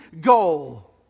goal